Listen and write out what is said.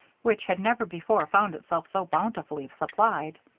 which had never before found itself so bountifully supplied.